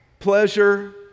pleasure